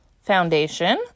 foundation